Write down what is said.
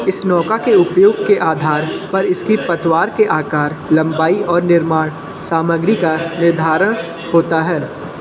इस नौका के उपयोग के आधार पर इसकी पतवार के आकार लंबाई और निर्माण सामग्री का निर्धारण होता है